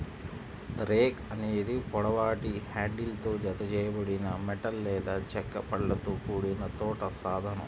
rake అనేది పొడవాటి హ్యాండిల్తో జతచేయబడిన మెటల్ లేదా చెక్క పళ్ళతో కూడిన తోట సాధనం